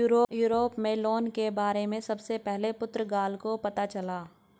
Europe में loan के बारे में सबसे पहले पुर्तगाल को पता चला